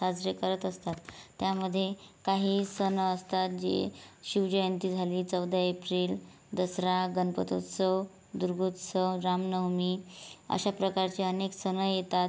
साजरे करत असतात त्यामध्ये काही सण असतात जे शिवजयंती झाली चौदा एप्रिल दसरा गणपतोत्सव दुर्गोत्सव रामनवमी अशा प्रकारचे अनेक सण येतात